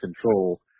control